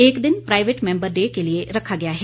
एक दिन private member day के लिए रखा गया है